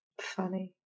Funny